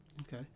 Okay